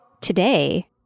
Today